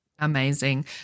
Amazing